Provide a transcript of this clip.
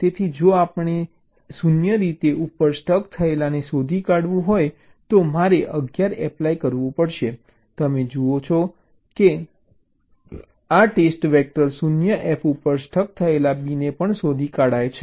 તેથી જો કોઈપણ રીતે 0 ઉપર સ્ટક થયેલાને શોધી કાઢવું હોય તો મારે 1 1 એપ્લાય કરવું પડશે તમે જુઓ છો કે આ ટેસ્ટ વેક્ટર 0 F ઉપર સ્ટક થયેલા B ને પણ શોધી કાઢશે